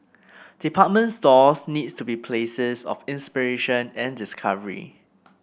department stores need to be places of inspiration and discovery